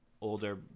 older